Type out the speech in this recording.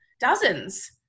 dozens